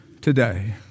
today